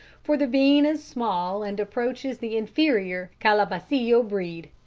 for the bean is small and approaches the inferior calabacillo breed.